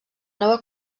nova